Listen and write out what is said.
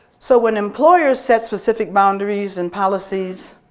so when employers set specific boundaries and policies,